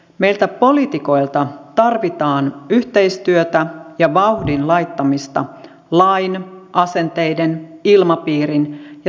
meiltä poliitikoilta tarvitaan yhteistyötä ja vauhdin laittamista lain asenteiden ilmapiirin ja toimintakulttuurin muutokseen